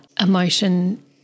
emotion